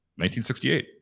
1968